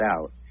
out